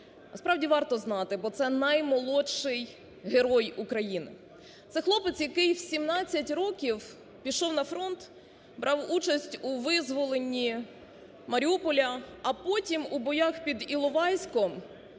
Насправді, варто знати, бо це наймолодший Герой України. Це хлопець, який у 17 років пішов на фронт, брав участь у визволені Маріуполя, а потім у боях під Іловайськом,